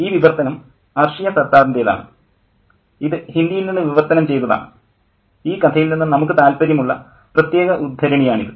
ഈ വിവർത്തനം അർഷിയ സത്താറിൻ്റേത് ആണ് ഇത് ഹിന്ദിയിൽ നിന്ന് വിവർത്തനം ചെയ്തതാണ് ഈ കഥയിൽ നിന്നും നമുക്ക് താൽപ്പര്യമുള്ള പ്രത്യേക ഉദ്ധരണിയാണിത്